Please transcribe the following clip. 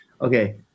okay